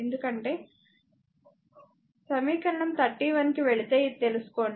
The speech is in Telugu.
ఎందుకంటే సమీకరణం 31 కి వెళితే ఇది తెలుసుకోండి